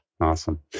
Awesome